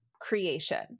creation